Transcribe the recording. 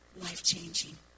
life-changing